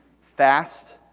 Fast